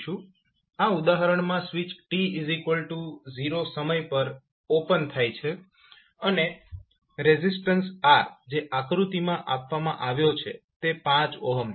આ ઉદાહરણમાં switch t0 સમય પર ઓપન થાય છે અને રેઝિસ્ટન્સ R જે આકૃતિમાં આપવામાં આવ્યો છે તે 5 છે